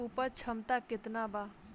उपज क्षमता केतना वा?